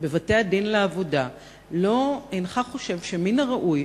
בבתי-הדין לעבודה אינך חושב שמן הראוי,